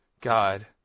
god